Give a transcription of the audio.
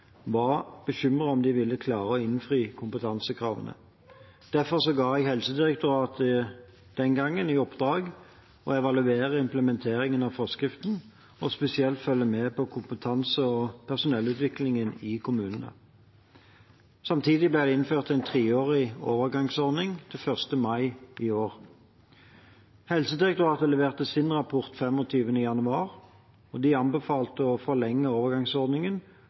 var bekymret for om de ville klare å innfri kompetansekravene. Derfor ga jeg Helsedirektoratet den gangen i oppdrag å evaluere implementeringen av forskriften og spesielt følge med på kompetanse- og personellutviklingen i kommunene. Samtidig ble det innført en treårig overgangsordning til 1. mai i år. Helsedirektoratet leverte sin rapport 25. januar. De anbefalte å forlenge overgangsordningen